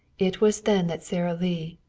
it was then that sara lee,